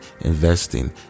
investing